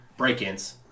Break-ins